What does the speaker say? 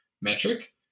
metric